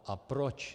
A proč?